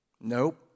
Nope